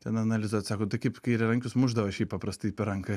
ten analizuot sako tai kaip kairiarankius mušdavo šiaip paprastai per ranką